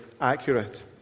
accurate